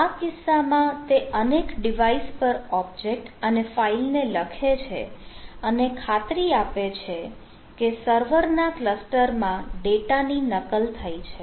આ કિસ્સામાં તે અનેક ડિવાઇસ પર ઓબ્જેક્ટ અને ફાઈલ ને લખે છે અને ખાતરી આપે છે કે સર્વરના ક્લસ્ટરમાં ડેટાની નકલ થઈ છે